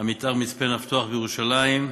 המתאר של מצפה-נפתוח בירושלים,